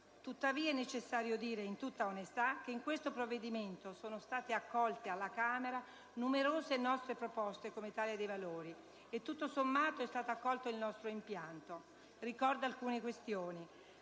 Tuttavia, è necessario dire in tutta onestà che in questo provvedimento sono state accolte alla Camera numerose altre proposte dell'Italia dei Valori e, tutto sommato, è stato accolto il nostro impianto. Ricordo alcune questioni: